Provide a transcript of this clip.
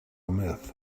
myth